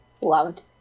loved